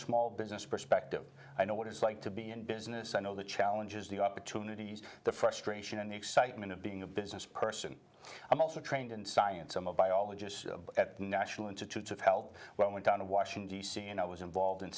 small business perspective i know what it's like to be in business i know the challenges the opportunities the frustration and the excitement of being a business person i'm also trained in science i'm a biologist at the national institutes of health went down to washington d c and i was involved in